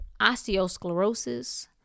osteosclerosis